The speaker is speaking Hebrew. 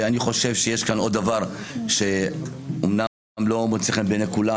יש כאן עוד דבר שלא מוצא חן בעיני כולם,